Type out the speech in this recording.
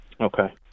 Okay